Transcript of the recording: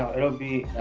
it'll be